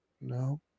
No